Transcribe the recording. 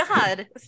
God